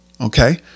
Okay